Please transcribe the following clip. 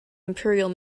imperial